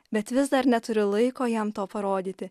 bet vis dar neturiu laiko jam to parodyti